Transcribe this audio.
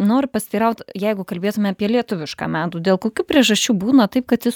noriu pasiteiraut jeigu kalbėtume apie lietuvišką medų dėl kokių priežasčių būna taip kad jis